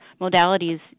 modalities